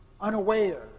unaware